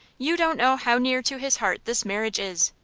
you don't know how near to his heart this marriage is.